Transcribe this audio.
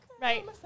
Right